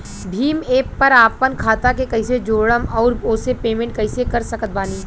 Bhim app पर आपन खाता के कईसे जोड़म आउर ओसे पेमेंट कईसे कर सकत बानी?